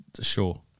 sure